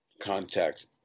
contact